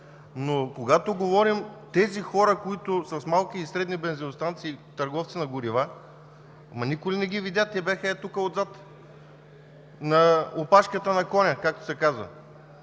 Но когато говорим, тези хора, които са с малки и средни бензиностанции – търговци на горива, никой ли не ги видя? Те бяха тук, отзад, на опашката на коня, както се казва.